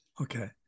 Okay